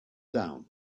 down